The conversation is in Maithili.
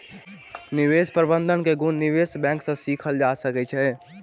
निवेश प्रबंधन के गुण निवेश बैंक सॅ सीखल जा सकै छै